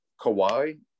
Kawhi